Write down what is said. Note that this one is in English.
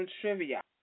trivia